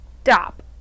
stop